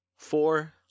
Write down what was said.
Four